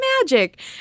magic